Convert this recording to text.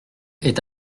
est